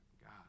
God